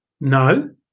No